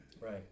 Right